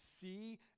see